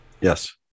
Yes